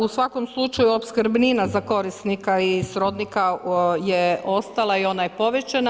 U svakom slučaju opskrbnina za korisnika i srodnika je ostala i ona je povećana.